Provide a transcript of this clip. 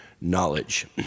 knowledge